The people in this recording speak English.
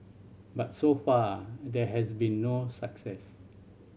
but so far there has been no success